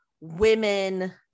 women